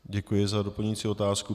Děkuji za doplňující otázku.